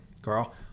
Carl